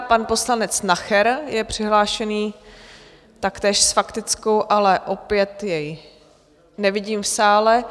Pan poslanec Nacher je přihlášený taktéž s faktickou, ale opět jej nevidím v sále.